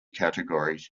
categories